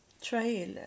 trail